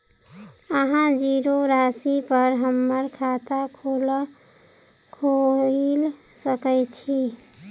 अहाँ जीरो राशि पर हम्मर खाता खोइल सकै छी?